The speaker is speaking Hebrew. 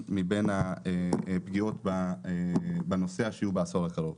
מבין הפגיעות בנוסע שיהיו בעשור הקרוב.